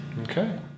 Okay